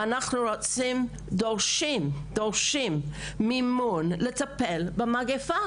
ואנחנו דורשים מימון לטפל במגפה,